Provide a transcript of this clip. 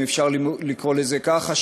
אם אפשר לקרוא לזה כך,